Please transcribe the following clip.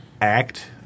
act